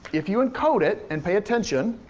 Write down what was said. if you encode it and pay attention,